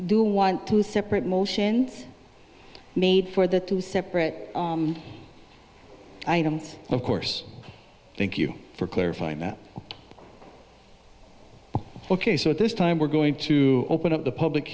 do want to separate motions made for the two separate items of course thank you for clarifying that ok so this time we're going to open up the public